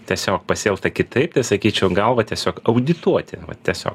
tiesiog pasielgta kitaip tai sakyčiau gal va tiesiog audituoti va tiesiog